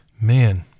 Man